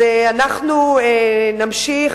אנחנו נמשיך